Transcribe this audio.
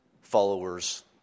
followers